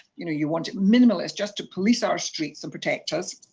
you know you want it minimalist, just to police our streets and protect us,